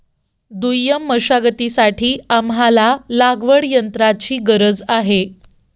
दुय्यम मशागतीसाठी आम्हाला लागवडयंत्राची गरज आहे